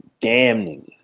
damning